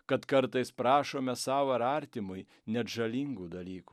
kad kartais prašome sau ar artimui net žalingų dalykų